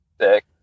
Sick